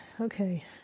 Okay